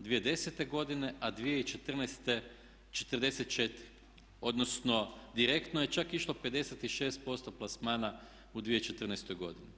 2010. godine, a 2014. 44, odnosno direktno je čak išlo 56% plasmana u 2014. godini.